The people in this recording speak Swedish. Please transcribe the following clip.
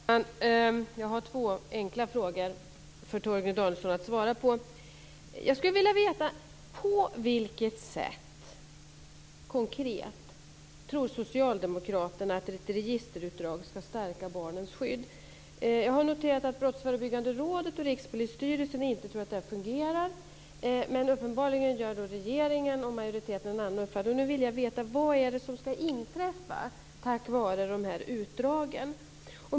Fru talman! Jag har två enkla frågor för Torgny Danielsson att svara på. Jag skulle vilja veta på vilket sätt, konkret, socialdemokraterna tror att ett registerutdrag ska stärka barnens skydd. Jag har noterat att Brottsförebyggande rådet och Rikspolisstyrelsen inte tror att detta fungerar, men uppenbarligen har regeringen och majoriteten en annan uppfattning. Nu vill jag veta: Vad är det som ska inträffa tack vare de här utdragen?